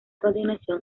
continuación